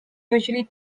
usually